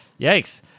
Yikes